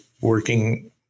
working